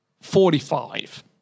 Forty-five